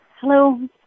Hello